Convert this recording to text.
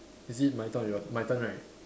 is it my turn or your my turn right